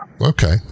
okay